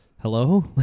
Hello